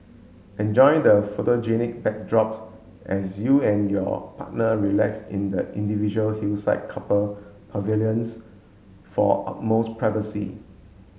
enjoy the photogenic backdrops as you and your partner relax in the individual hillside couple pavilions for utmost privacy